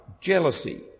jealousy